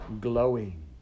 glowing